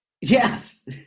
Yes